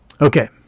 okay